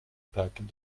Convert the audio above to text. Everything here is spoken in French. pâques